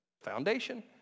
foundation